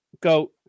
Go